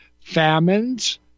famines